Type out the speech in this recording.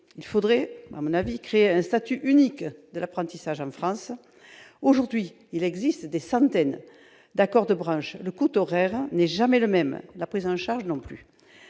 il faudrait selon moi créer un statut unique de l'apprentissage en France. Aujourd'hui, il existe des centaines d'accords de branche ; le coût horaire n'est jamais le même, la prise en charge non plus.